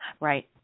Right